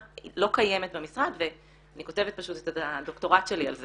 לא קיימת במשרד ואני כותבת פשוט את הדוקטורט שלי על זה,